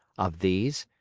of these,